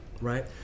right